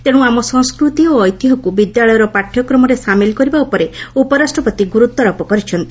ତେଣୁ ଆମ ସଂସ୍କୃତି ଓ ଐତିହ୍ୟକୁ ବିଦ୍ୟାଳୟର ପାଠ୍ୟକ୍ରମରେ ସାମିଲ କରିବା ଉପରେ ଉପରାଷ୍ଟ୍ରପତି ଗୁରୁତ୍ୱାରୋପ କରିଛନ୍ତି